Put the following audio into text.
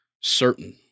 certain